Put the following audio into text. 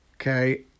Okay